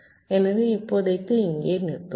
எனவே இப்போதைக்கு இங்கே நிறுத்துவோம்